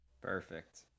perfect